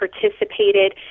participated